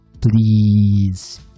please